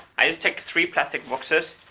i just take three plastic boxes,